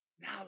Now